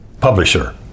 Publisher